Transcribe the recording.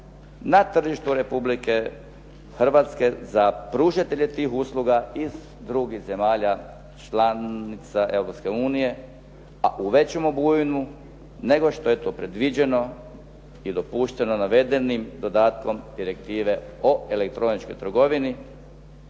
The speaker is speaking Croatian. na tržištu Republike Hrvatske za pružatelje tih usluga iz drugih zemalja članica Europske unije, a u većem obujmu nego što je to predviđeno i dopušteno navedenim dodatkom direktive o elektroničkoj trgovini,